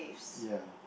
ya